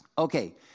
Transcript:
Okay